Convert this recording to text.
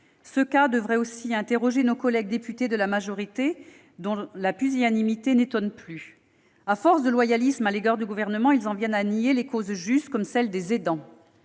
Ce cas devrait aussi interroger nos collègues députés de la majorité, dont la pusillanimité n'étonne plus. À force de loyalisme à l'égard du Gouvernement, ils en viennent à nier les causes justes, comme celle des aidants.